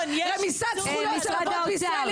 רמיסת זכויות של אבות בישראל,